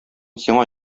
сиңа